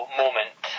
moment